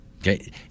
Okay